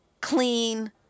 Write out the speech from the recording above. clean